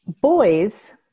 boys